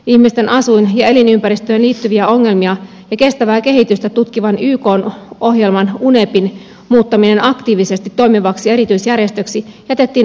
ihmisten asuin ja elinympäristöön liittyviä ongelmia ja kestävää kehitystä tutkivan ykn ohjelman unepin muuttaminen aktiivisesti toimivaksi erityisjärjestöksi jätettiin asiakirjasta pois